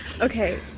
Okay